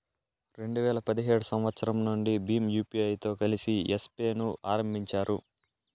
రెండు వేల పదిహేడు సంవచ్చరం నుండి భీమ్ యూపీఐతో కలిసి యెస్ పే ను ఆరంభించారు